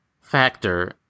factor